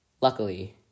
luckily